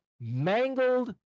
mangled